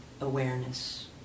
awareness